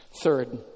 Third